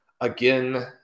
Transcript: again